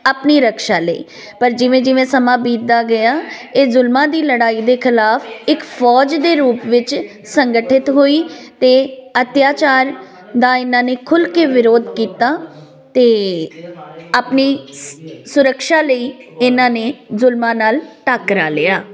ਆਪਣੀ ਰਕਸ਼ਾ ਲਈ ਪਰ ਜਿਵੇਂ ਜਿਵੇਂ ਸਮਾਂ ਬੀਤਦਾ ਗਿਆ ਇਹ ਜ਼ੁਲਮਾਂ ਦੀ ਲੜਾਈ ਦੇ ਖਿਲਾਫ਼ ਇੱਕ ਫੌਜ ਦੇ ਰੂਪ ਵਿੱਚ ਸੰਗਠਿਤ ਹੋਈ ਅਤੇ ਅੱਤਿਆਚਾਰ ਦਾ ਇਹਨਾਂ ਨੇ ਖੁੱਲ੍ਹ ਕੇ ਵਿਰੋਧ ਕੀਤਾ ਅਤੇ ਆਪਣੀ ਸ ਸੁਰਕਸ਼ਾ ਲਈ ਇਹਨਾਂ ਨੇ ਜ਼ੁਲਮਾਂ ਨਾਲ ਟਾਕਰਾ ਲਿਆ